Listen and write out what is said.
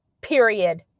Period